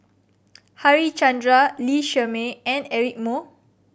Harichandra Lee Shermay and Eric Moo